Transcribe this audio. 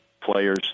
players